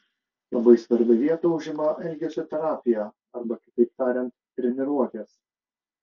labai svarbią vietą užima elgesio terapija arba kitaip tariant treniruotės